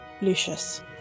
lucius